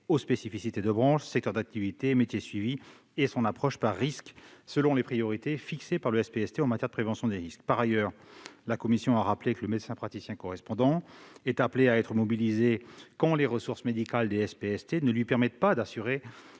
aux spécificités des branches, secteurs d'activité et métiers suivis, et son approche par risque, selon les priorités fixées par le SPST en matière de prévention des risques. Par ailleurs, la commission a rappelé que le médecin praticien correspondant est appelé à être mobilisé quand les ressources médicales du SPST ne lui permettent pas d'assurer